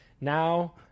Now